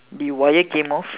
the wire came off